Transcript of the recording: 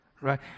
right